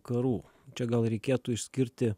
karų čia gal reikėtų išskirti